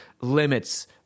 limits